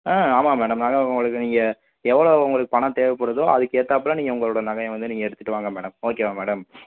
ஆமாம் மேடம் அது உங்களுக்கு நீங்கள் எவ்வளவு உங்களுக்கு பணம் தேவைப்படுதோ அதுக்கு ஏத்தாப்புல நீங்கள் உங்களோட நகையை வந்து நீங்கள் எடுத்துகிட்டு வாங்க மேடம் ஓகேவா மேடம்